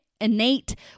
innate